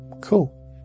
Cool